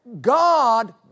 God